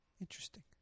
Interesting